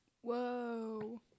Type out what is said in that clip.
Whoa